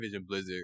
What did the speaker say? Blizzard